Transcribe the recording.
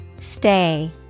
stay